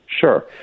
Sure